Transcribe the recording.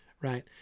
right